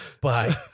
Bye